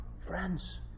friends